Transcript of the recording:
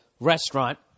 restaurant